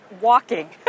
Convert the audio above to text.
walking